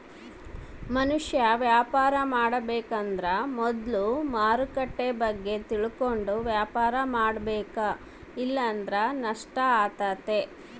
ಮನುಷ್ಯ ವ್ಯಾಪಾರ ಮಾಡಬೇಕಾದ್ರ ಮೊದ್ಲು ಮಾರುಕಟ್ಟೆ ಬಗ್ಗೆ ತಿಳಕಂಡು ವ್ಯಾಪಾರ ಮಾಡಬೇಕ ಇಲ್ಲಂದ್ರ ನಷ್ಟ ಆತತೆ